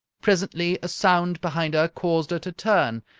presently a sound behind her caused her to turn,